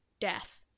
death